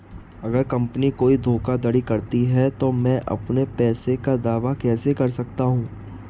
अगर कंपनी कोई धोखाधड़ी करती है तो मैं अपने पैसे का दावा कैसे कर सकता हूं?